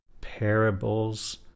parables